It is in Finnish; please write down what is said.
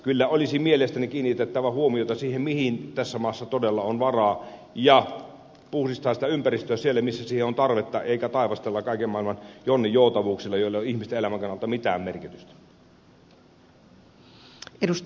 kyllä olisi mielestäni kiinnitettävä huomiota siihen mihin tässä maassa todella on varaa ja puhdistaa sitä ympäristöä siellä missä siihen on tarvetta eikä taivastella kaiken maailman jonninjoutavuuksilla joilla ei ole ihmisten elämän kannalta mitään merkitystä